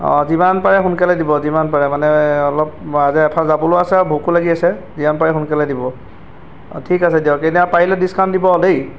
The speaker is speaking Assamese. অঁ যিমান পাৰে সোনকালে দিব যিমান পাৰে মানে অলপ আজি এফালে যাবলৈ আছে আৰু ভোকো লাগি আছে যিমান পাৰে সোনকালে দিব ঠিক আছে দিয়ক এতিয়া পাৰিলে ডিছকাউণ্ট দিব দেই